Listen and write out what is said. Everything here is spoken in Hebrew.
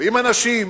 ואם אנשים